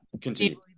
continue